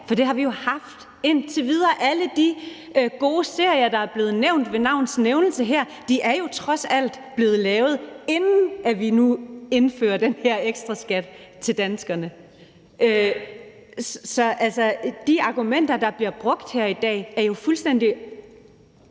For det har vi jo haft indtil videre. Alle de gode serier, der er blevet nævnt ved navns nævnelse her, er trods alt blevet lavet, inden vi nu indfører den her ekstraskat til danskerne. Så de argumenter, der bliver brugt her i dag, er jo fuldstændig